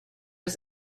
was